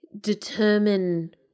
determine